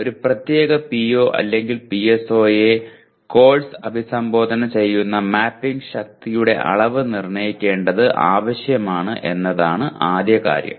അതിനാൽ ഒരു പ്രത്യേക PO അല്ലെങ്കിൽ PSO യെ കോഴ്സ് അഭിസംബോധന ചെയ്യുന്ന മാപ്പിംഗ് ശക്തിയുടെ അളവ് നിർണ്ണയിക്കേണ്ടത് ആവശ്യമാണ് എന്നതാണ് ആദ്യ കാര്യം